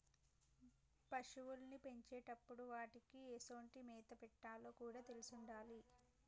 పశువుల్ని పెంచేటప్పుడు వాటికీ ఎసొంటి మేత పెట్టాలో కూడా తెలిసుండాలి